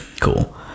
cool